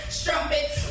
strumpets